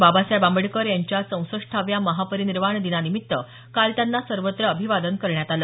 बाबासाहेब आंबेडकर यांच्या चौसष्टाव्या महापरिनिर्वाण दिनानिमित्त काल त्यांना सर्वत्र अभिवादन करण्यात आलं